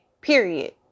Period